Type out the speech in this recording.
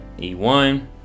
e1